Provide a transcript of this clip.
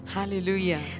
Hallelujah